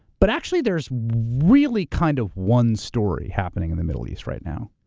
but actually there's really kind of one story happening in the middle east right now.